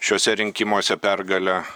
šiuose rinkimuose pergalę